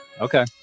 Okay